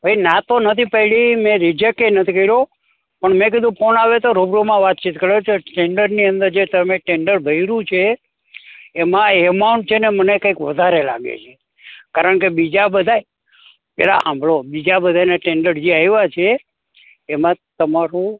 ભાઈ ના તો નથી પાડી મેં રીજેક્ટ એય નથી કર્યું પણ મેં કીધું ફોન આવે તો રૂબરૂમાં વાતચીત કરી લઉં તો ટેન્ડરની અંદર જે તમે ટેન્ડર ભર્યું છે એમાં એમાઉન્ટ છેને મને કંઈક વધારે લાગે છે કારણ કે બીજા બધાય પહેલાં સાંભળો બીજા બધાને ટેન્ડર જે આવ્યા છે એમાં તમારું